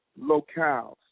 locales